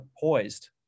poised